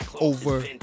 over